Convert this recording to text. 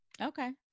okay